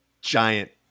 giant